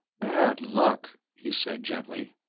bad luck, he said gently.